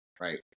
right